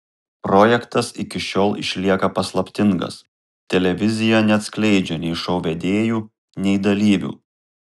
projektas iki šiol išlieka paslaptingas televizija neatskleidžia nei šou vedėjų nei dalyvių